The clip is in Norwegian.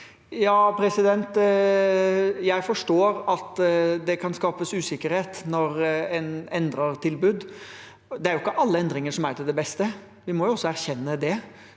Ja, jeg for- står at det kan skapes usikkerhet når en endrer tilbud. Det er jo ikke alle endringer som er til det beste. Vi må også erkjenne det.